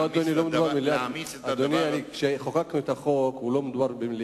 לא, אדוני, לא מדובר על מיליארדים.